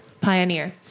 Pioneer